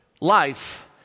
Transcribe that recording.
life